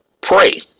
Pray